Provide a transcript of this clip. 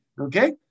okay